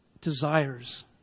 desires